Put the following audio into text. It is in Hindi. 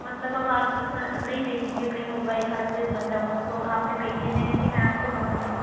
मतलब अब आप दूसरा नहीं देखेंगे कहीं होगा एक आध पीस बचा हुआ तो आपने बेचे हैं इसलिए मैं आपके पास आई हूँ